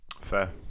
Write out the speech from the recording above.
Fair